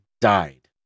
died